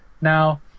Now